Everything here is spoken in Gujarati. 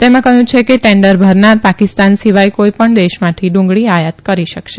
તેમાં કહ્યું છે કે ટેન્ડર ભરનાર પાકિસ્તાન સિવાય કોઈપણ દેશમાંથી ડુંગળી આયાત કરી શકશે